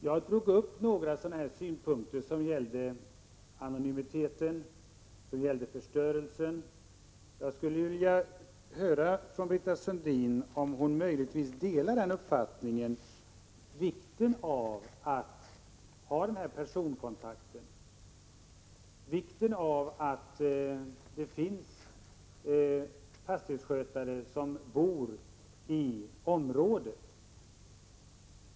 Jag tog upp några sådana synpunkter — de gällde anonymiteten och förstörelsen — och jag skulle vilja höra från Britta Sundin om hon möjligtvis delar min uppfattning om vikten av denna personkontakt och vikten av att det finns en fastighetsskötare som bor i området.